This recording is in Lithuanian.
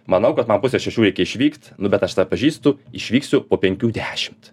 manau kad man pusė šešių reikia išvykt nu bet aš save pažįstu išvyksiu po penkių dešimt